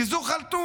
כי זו חלטורה.